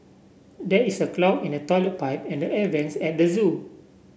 there is a clog in the toilet pipe and the air vents at the zoo